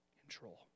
control